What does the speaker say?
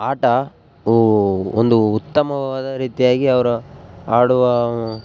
ಆಟ ಒಂದು ಉತ್ತಮವಾದ ರೀತಿಯಾಗಿ ಅವರ ಆಡುವಾ